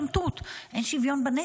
אין שוויון בנטל.